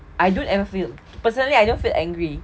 I don't ever feel personally I don't feel angry